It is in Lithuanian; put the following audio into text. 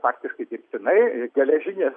faktiškai dirbtinai geležinės